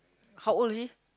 how old already